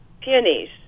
peonies